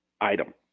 item